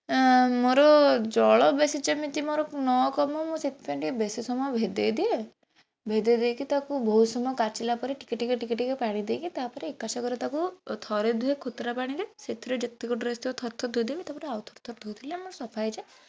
ଆଁ ମୋର ଜଳ ବେଶି ଯେମିତି ମୋର ନ କମୁ ମୁଁ ସେଥିପାଇଁ ଟିକେ ବେଶି ସମୟ ଭେଦାଇଦିଏ ଭେଦାଇଦେଇକି ତାକୁ ବହୁତ ସମୟ କାଚିଲା ପରେ ଟିକେ ଟିକେ ଟିକେ ଟିକେ ପାଣି ଦେଇକି ତାପରେ ଏକାସାଙ୍ଗରେ ତାକୁ ଥରେ ଧୁଏ କୋତରା ପାଣିରେ ସେଥିରେ ଯେତିକ ଡ୍ରେସ୍ଯାକ ଥର୍ଥରେ ଧୋଇଦେବି ତାପରେ ଆଉ ଥର୍ଥରେ ଧୋଇଦେଲେ ଆମର ସଫା ହେଇଯାଏ